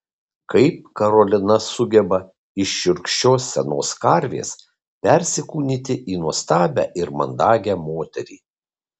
kaip karolina sugeba iš šiurkščios senos karvės persikūnyti į nuostabią ir mandagią moterį